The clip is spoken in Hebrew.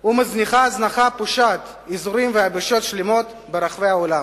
ומזניחה הזנחה פושעת אזורים ויבשות שלמות ברחבי העולם,